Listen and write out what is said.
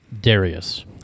Darius